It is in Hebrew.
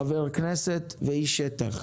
חבר כנסת ואיש שטח.